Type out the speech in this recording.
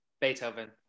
Beethoven